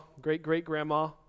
great-great-grandma